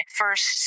first